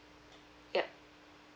yup